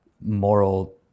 moral